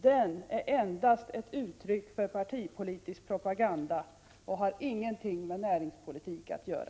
Den är endast ett uttryck för partipolitisk propaganda och har ingenting med näringspolitik att göra.